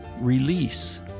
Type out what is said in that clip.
release